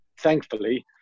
thankfully